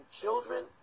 children